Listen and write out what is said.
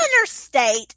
interstate